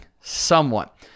somewhat